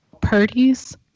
purdy's